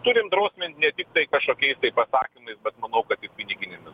turim drausmint ne tiktai kažkokiais pasakymais bet manau kad ir piniginėmis